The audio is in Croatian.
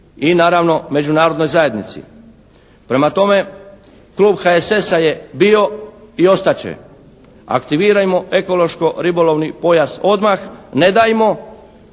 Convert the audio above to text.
I naravno Međunarodnoj zajednici. Prema tome Klub HSS-a je bio i ostat će. Aktivirajmo ekološko-ribolovni pojas odmah. Ne dajmo